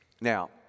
Now